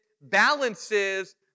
balances